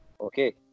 Okay